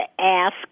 ask